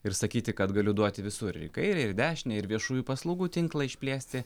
ir sakyti kad galiu duoti visur ir į kairę ir dešinę ir viešųjų paslaugų tinklą išplėsti